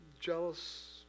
jealous